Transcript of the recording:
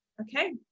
okay